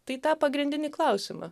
tai tą pagrindinį klausimą